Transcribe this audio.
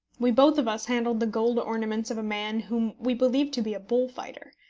we both of us handled the gold ornaments of a man whom we believed to be a bullfighter,